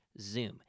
Zoom